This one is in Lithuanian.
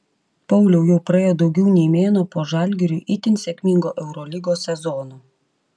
pauliau jau praėjo daugiau nei mėnuo po žalgiriui itin sėkmingo eurolygos sezono